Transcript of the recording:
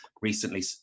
recently